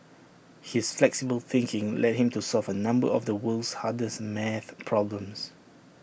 his flexible thinking led him to solve A number of the world's hardest math problems